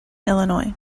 illinois